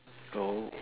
go